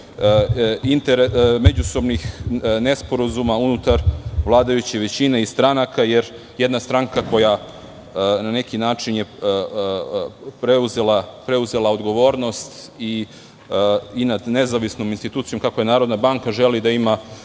međusobnih nesporazuma unutar vladajuće većine i stranaka jer jedna stranka koja je na neki način preuzela odgovornost i nad nezavisnom institucijom kakva je Narodna banka, želi da ima